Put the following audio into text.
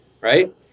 right